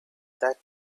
that